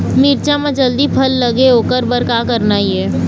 मिरचा म जल्दी फल लगे ओकर बर का करना ये?